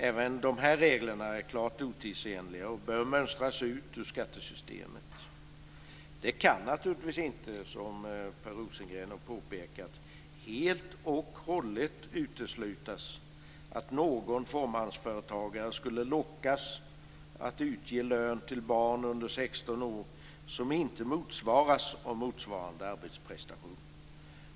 Även dessa regler är klart otidsenliga och bör mönstras ut ur skattesystemet. Det kan naturligtvis inte, som Per Rosengren har påpekat, helt och hållet uteslutas att någon fåmansföretagare skulle lockas att utge lön som inte motsvaras av relevant arbetsprestation till barn under 16 år.